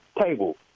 table